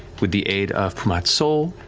with the aid of pumat sol,